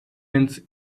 ins